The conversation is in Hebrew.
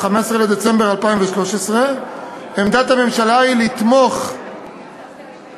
15 בדצמבר 2013. עמדת הממשלה היא לתמוך בהצעה